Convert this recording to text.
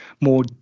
more